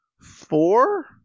four